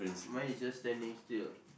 mine is just standing still